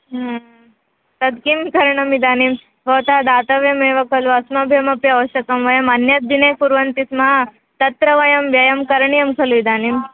तत् किं करणीयम् इदानीं भवन्तः दातव्यमेव खलु अस्माभिरपि आवश्यकं वयम् अन्यद्दिने कुर्वन्ति स्म तत्र वयं व्ययं करणीयं खलु इदानीम्